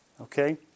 Okay